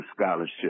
scholarship